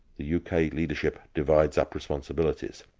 the uk ah leadership divides up responsibilities.